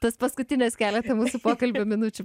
tas paskutines keletą mūsų pokalbio minučių